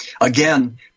again